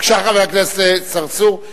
בבקשה, חבר הכנסת צרצור.